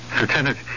Lieutenant